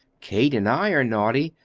kate and i are naughty,